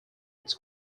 its